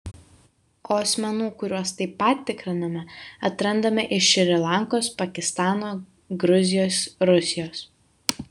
o asmenų kuriuos taip pat tikriname atrandame iš šri lankos pakistano gruzijos rusijos